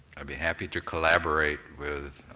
i'd be happy to collaborate with.